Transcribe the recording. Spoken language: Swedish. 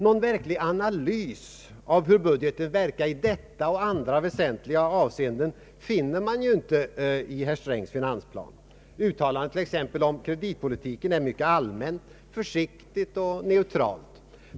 Någon verklig analys av hur budgeten verkar i detta och andra väsentliga avseenden finner man inte i herr Strängs finansplan. Uttalandet om t.ex. kreditpolitiken är mycket allmänt, försiktigt och neutralt.